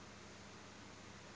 intern